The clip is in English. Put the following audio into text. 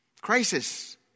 crisis